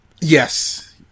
Yes